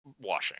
washing